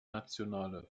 nationale